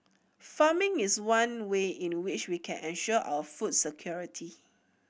farming is one way in which we can ensure our food security